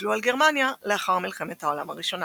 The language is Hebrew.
שהוטלו על גרמניה לאחר מלחמת העולם הראשונה.